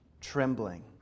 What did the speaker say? trembling